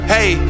Hey